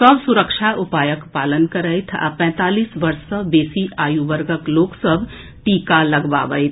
सभ सुरक्षा उपायक पालन करथि आ पैंतालीस वर्ष सॅ बेसी आयु वर्गक लोक सभ टीका लगबावथि